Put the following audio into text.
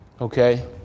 okay